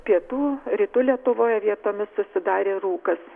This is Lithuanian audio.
pietų rytų lietuvoje vietomis susidarė rūkas